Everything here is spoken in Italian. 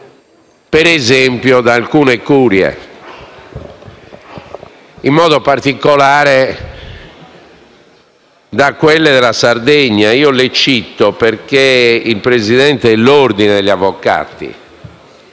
contestata da alcune curie, in modo particolare da quelle della Sardegna. Le cito perché il presidente dell'Ordine degli avvocati